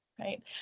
right